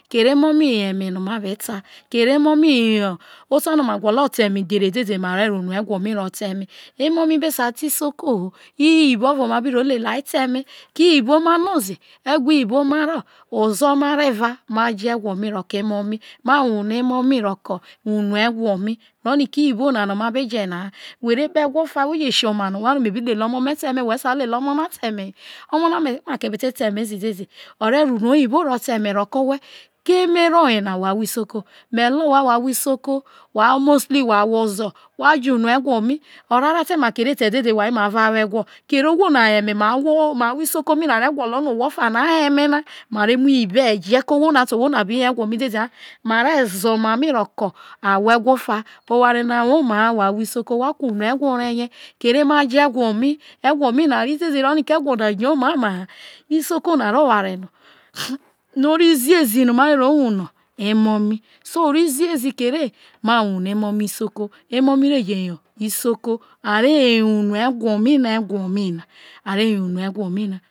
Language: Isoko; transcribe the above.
kere emo mi yo eme no wha be ta, yo otierono ma gwolo ta eme dhere dede ma re ro unu egwo me ro ta eme, emo mi be sa ta isoko iyibo ovo ma be ro lelia ta eme. Ko iyiba ma no ze ko egwo iyibo ma ro? Ozo ma noze ma je egwo mi ro ko emo mi ma wune emo mi unu egwo mi oroniko iyibo na no ma be je na ha whe re kpe egwo fa whe je si oma no whe no me bi lele omo me ta eme, whe sai lele omo ra ta eme hi omo na make be te ta emeze dede orero unu oyibo ro ta eme ro ke owhe eme ro oyena wha ahwo isoko me lo whai, whai mostly whe ozo wha je unu egwo mi orara te make re ere dede wha aro owho na wo egwo kere owho na mai ahwo isoko mi na re gwolo no ohwo of na yo eme na, ma re mu iyibo ho eje ke owho ne te owho na be yo egwo mi dede ha, mare ze oma mi roke ahwo egwo fa, ma ku unu egwo reye kere ma je egwo mi, egwo mi na riziezi oroniko egwo mi na yo mai oma ha isoko na ro oware no oriziezi ma re wane emo mi so oriziezi kere ma wune emo mi egwo mi na egwo mi na a re yo unu egwo mi na